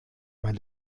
mein